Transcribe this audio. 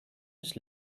just